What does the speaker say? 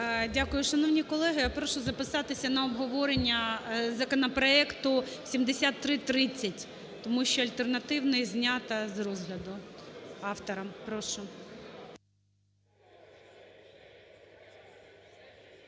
Дякую. Шановні колеги, прошу записати на обговорення законопроекту 7330, тому що альтернативний знято з розгляду автором. Прошу.